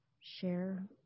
share